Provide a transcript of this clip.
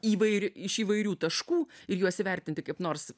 įvair iš įvairių taškų ir juos įvertinti kaip nors